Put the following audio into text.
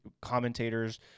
commentators